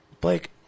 Blake